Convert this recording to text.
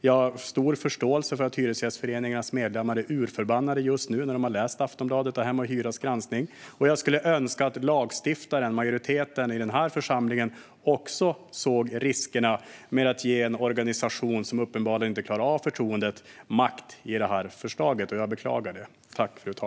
Jag har stor förståelse för att Hyresgästföreningens medlemmar är urförbannade nu när de har läst Aftonbladets och Hem & Hyras granskning, och jag skulle önska att lagstiftaren - majoriteten i den här församlingen - också såg riskerna med att i och med detta förslag ge makt till en organisation som uppenbarligen inte klarar av förtroendet. Jag beklagar det.